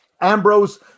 Ambrose